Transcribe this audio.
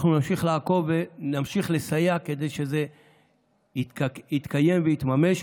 אנחנו נמשיך לעקוב ונמשיך לסייע כדי שזה יתקיים ויתממש,